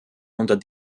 unter